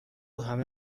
همه